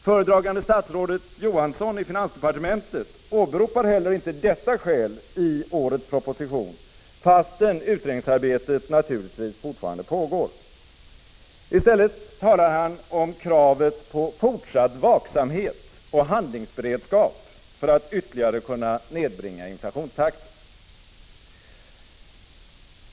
Föredragande statsrådet Johansson i finansdepartementet åberopar heller inte detta skäl i årets proposition, fastän utredningsarbetet naturligtvis fortfarande pågår. I stället talar han om kravet på fortsatt vaksamhet och handlingsberedskap för att ytterligare kunna nedbringa inflationstakten.